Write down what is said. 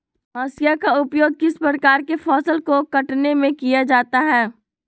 हाशिया का उपयोग किस प्रकार के फसल को कटने में किया जाता है?